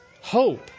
hope